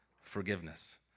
forgiveness